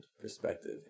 perspective